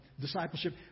discipleship